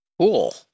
Cool